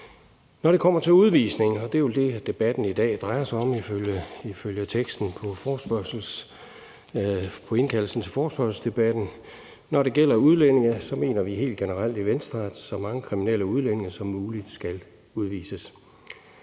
Når det kommer til udvisning, og det er jo det, debatten i dag drejer sig om ifølge titlen på forespørgslen, vil jeg sige, at når det gælder udlændinge, mener vi helt generelt i Venstre, at så mange kriminelle udlændinge som muligt skal udvises.